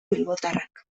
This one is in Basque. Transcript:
bilbotarrak